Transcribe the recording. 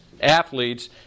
athletes